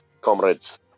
comrades